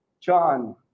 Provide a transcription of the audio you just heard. John